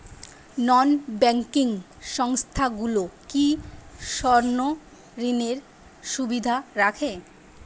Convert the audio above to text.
নন banking সংস্থাগুলো কি স্বর্ণঋণের সুবিধা রাখে?